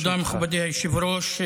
תודה, מכובדי היושב-ראש.